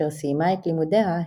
כאשר סיימה את לימודיה,